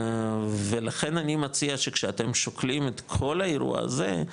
ולכן אני מציע שכשאתם שוקלים את כל האירוע הזה,